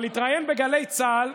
אבל להתראיין בגלי צה"ל,